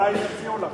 אולי יציעו לך.